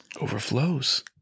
Overflows